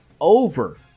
over